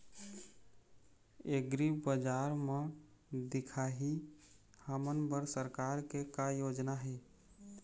एग्रीबजार म दिखाही हमन बर सरकार के का योजना हे?